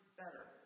better